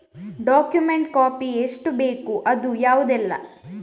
Document copy ಎಷ್ಟು ಬೇಕು ಅದು ಯಾವುದೆಲ್ಲ?